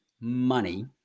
money